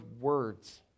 words